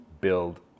build